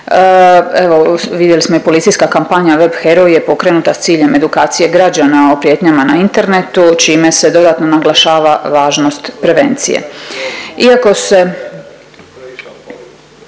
Evo, vidjeli smo i policijska kampanja Web heroj je pokrenuta s ciljem edukacije građana o prijetnjama na internetu, čime se dodatno naglašava važnost prevencije. Iako se